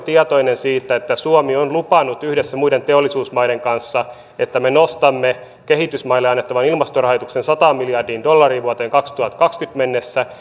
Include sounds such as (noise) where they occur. (unintelligible) tietoinen siitä että suomi on lupautunut yhdessä muiden teollisuusmaiden kanssa siihen että me nostamme kehitysmaille annettavan ilmastorahoituksen sataan miljardiin dollariin vuoteen kaksituhattakaksikymmentä mennessä (unintelligible)